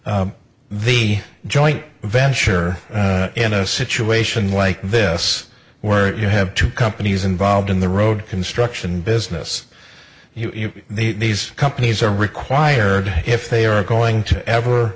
can the joint venture in a situation like this we're you have two companies involved in the road construction business these companies are required if they are going to ever